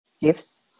gifts